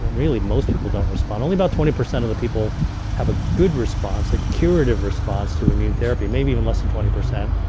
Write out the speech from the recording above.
and really most people don't respond. only about twenty percent of the people have a good response, a curative response to immune therapy, maybe even less than twenty percent.